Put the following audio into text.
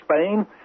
Spain